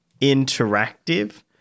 interactive